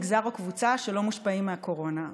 מגזר או קבוצה שלא מושפעים מהקורונה,